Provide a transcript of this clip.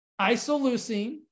isoleucine